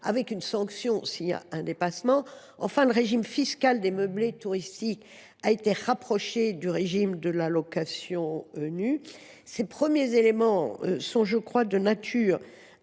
une sanction en cas de dépassement. Enfin, le régime fiscal des meublés touristiques a été rapproché de celui de la location nue. Ces premiers éléments sont, je pense, de nature